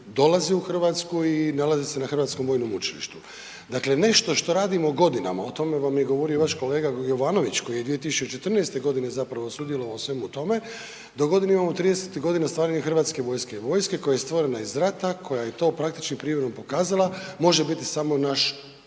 dolaze u RH i nalaze se na HVU. Dakle, nešto što radimo godinama, o tome vam je govorio i vaš kolega Jovanović koji je 2014.g. zapravo sudjelovao u svemu tome. Dogodine imamo 30.g. stvaranja HV-a, vojske koja je stvorena iz rata, koja je to praktički primjerom pokazala, može biti samo naš